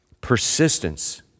persistence